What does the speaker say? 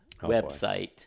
website